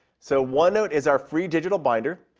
so onenote is our free digital binder,